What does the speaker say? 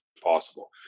possible